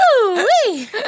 Ooh-wee